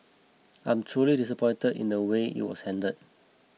I'm truly disappointed in the way it was handled